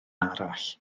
arall